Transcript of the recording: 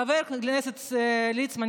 חבר הכנסת ליצמן,